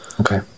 Okay